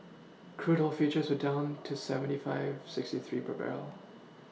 crude oil futures were down to seventy five sixty three per barrel